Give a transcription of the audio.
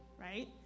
right